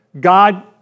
God